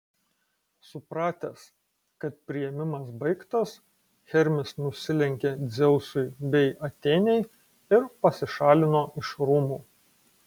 supratęs kad priėmimas baigtas hermis nusilenkė dzeusui bei atėnei ir pasišalino iš rūmų